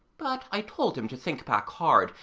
but i told him to think back hard,